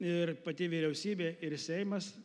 ir pati vyriausybė ir seimas